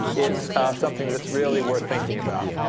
it's something that's really worth thinking about.